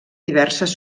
diverses